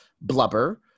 blubber